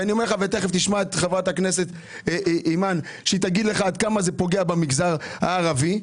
ותיכף תשמע את חברת הכנסת אימאן שתגיד לך עד כמה זה פוגע במגזר הערבי,